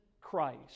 Christ